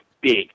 big